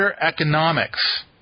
Economics